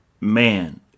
man